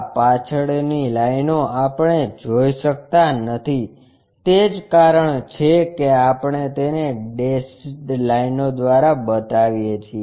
આ પાછળની લાઈનો આપણે જોઈ શકતા નથી તે જ કારણ છે કે આપણે તેને ડેશિંગ લાઇન દ્વારા બતાવીએ છીએ